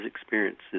experiences